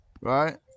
right